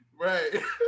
Right